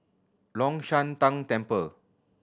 Long Shan Tang Temple